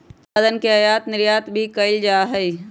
दुध उत्पादन के आयात निर्यात भी कइल जा हई